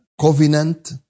covenant